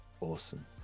Awesome